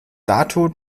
dato